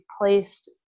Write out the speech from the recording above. placed